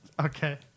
Okay